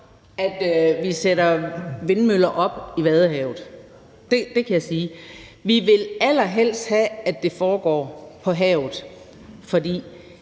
at vi sætter vindmøller op i Vadehavet. Det kan jeg sige. Vi vil allerhelst have, at det foregår på havet, for